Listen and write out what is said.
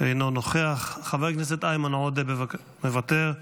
אינו נוכח, חבר הכנסת איימן עודה, מוותר.